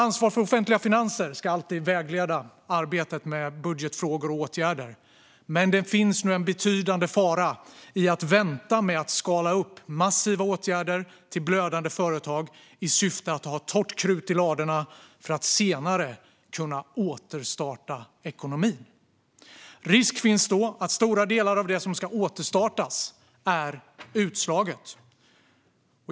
Ansvaret för offentliga finanser ska alltid vägleda arbetet med budgetfrågor och åtgärder. Men det finns nu en betydande fara i att vänta med att i större skala vidta massiva åtgärder till blödande företag i syfte att ha torrt krut i ladorna för att senare kunna återstarta ekonomin. Risk finns då att stora delar av det som ska återstartas är utslaget.